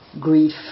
grief